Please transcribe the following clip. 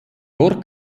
dort